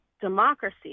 democracy